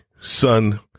son